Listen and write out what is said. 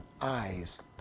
eyes